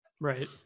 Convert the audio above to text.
Right